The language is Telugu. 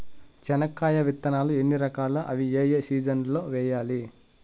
చెనక్కాయ విత్తనాలు ఎన్ని రకాలు? అవి ఏ ఏ సీజన్లలో వేయాలి?